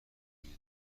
میده